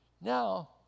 Now